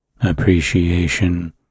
appreciation